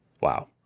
wow